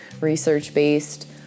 research-based